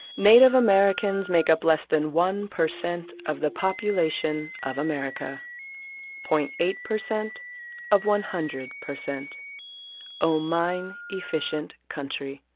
native americans make up less than one percent of the population of america. zero point eight percent of one hundred percent o, mine efficient country.